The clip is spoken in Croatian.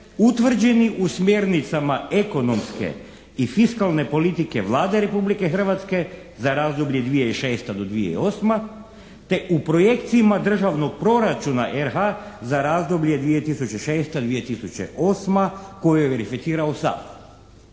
utvrđeni u smjernicama ekonomske i fiskalne politike Vlade Republike Hrvatske za razdoblje 2006.-2008. te u projekcijama državnog proračuna RH za razdoblje 2006.-2008. koju je verificirao